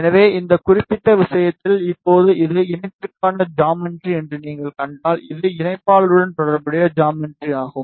எனவே இந்த குறிப்பிட்ட விஷயத்தில் இப்போது இது இணைப்பிற்கான ஜாமெட்ரி என்று நீங்கள் கண்டால் இது இணைப்பாளருடன் தொடர்புடைய ஜாமெட்ரி ஆகும்